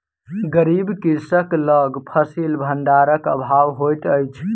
गरीब कृषक लग फसिल भंडारक अभाव होइत अछि